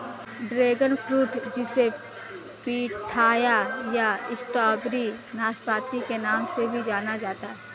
dragon fruit जिसे pitaya या strawberry नाशपाती के नाम से भी जाना जाता है